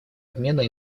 обмена